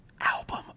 album